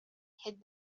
hid